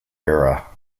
era